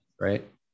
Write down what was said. right